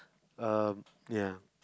um ya